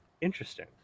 Interesting